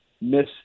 miss